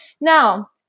Now